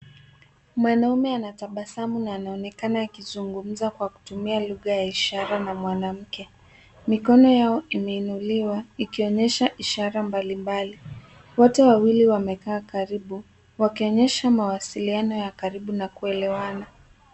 Mwanamume anatabasamu na anaonekana akizungumza kwa kutumia lugha ya ishara na mwanamke. Mikono yao imeinuliwa ikionyesha ishara mbalimbali. Wote wawili wamekaa karibu wakionyesha mawasiliano ya karibu na kuelewana.